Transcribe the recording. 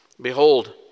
Behold